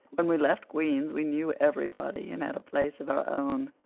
when we left queen's we knew everybody and had a place of our own.